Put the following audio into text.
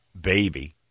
baby